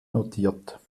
notiert